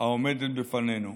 העומדת בפנינו.